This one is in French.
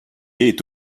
est